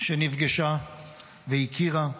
שנפגשה והכירה,